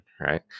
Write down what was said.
right